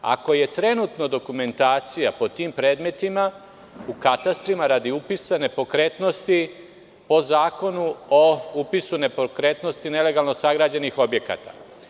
Ako je trenutno dokumentacija po tim predmetima u katastrima radi upisa nepokretnosti po Zakonu o upisu nepokretnosti nelegalno sagrađenih objekata?